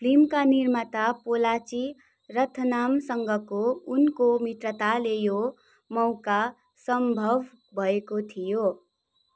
फिल्मका निर्माता पोल्लाची रथनामसँगको उनको मित्रताले यो मौका सम्भव भएको थियो